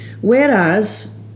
Whereas